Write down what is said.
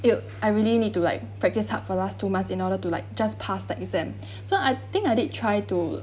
it I really need to like practice hard for last two months in order to like just pass the exam so I think I did try to